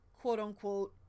quote-unquote